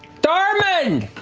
darmin.